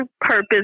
purpose